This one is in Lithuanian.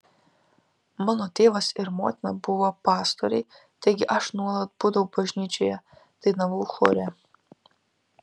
mano tėvas ir motina buvo pastoriai taigi aš nuolat būdavau bažnyčioje dainavau chore